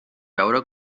veure